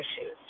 issues